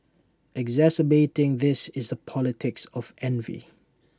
exacerbating this is the politics of envy